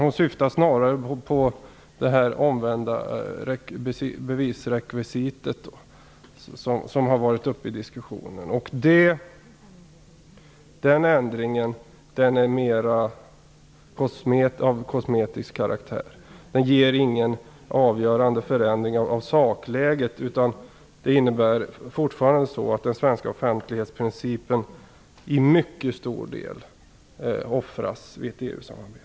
Hon syftar snarare på det omvända bevisrekvisitet som har varit uppe i diskussionen. Den ändringen är mer av kosmetisk karaktär. Den innebär inte någon avgörande förändring av sakläget. Den innebär fortfarande att den svenska offentlighetsprincipen till mycket stor del offras vid ett EU-samarbete.